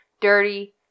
dirty